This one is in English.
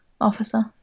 officer